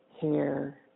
hair